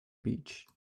beach